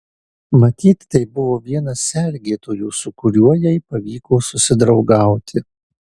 matyt tai buvo vienas sergėtojų su kuriuo jai pavyko susidraugauti